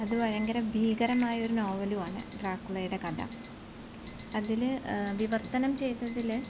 അത് ഭയങ്കര ഭീകരമായൊരു നോവലുവാണ് ഡ്രാക്കുളേടെ കഥ അതിൽ വിവര്ത്തനം ചെയ്തതിൽ